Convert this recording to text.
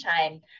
time